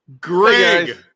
Greg